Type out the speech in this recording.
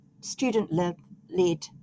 student-led